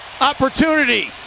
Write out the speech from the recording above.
opportunity